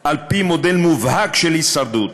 על-פי מודל מובהק של הישרדות.